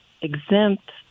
exempt